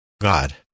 God